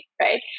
Right